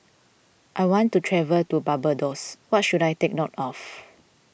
I want to travel to Barbados what should I take note of